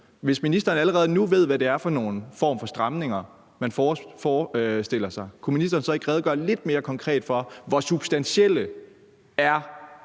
Hvis ministeren allerede nu ved, hvad det er for nogle former for stramninger, man forestiller sig, kunne ministeren så ikke redegøre lidt mere konkret for, hvor substantielle de